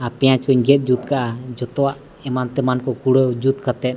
ᱟᱨ ᱯᱮᱸᱭᱟᱡᱽ ᱠᱚᱧ ᱜᱮᱫ ᱡᱩᱛ ᱠᱟᱜᱼᱟ ᱡᱚᱛᱚᱣᱟᱜ ᱮᱢᱟᱱ ᱛᱮᱢᱟᱱ ᱠᱚ ᱠᱩᱲᱟᱹᱣ ᱡᱩᱛ ᱠᱟᱛᱮᱫ